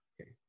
Okay